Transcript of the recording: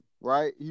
right